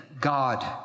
God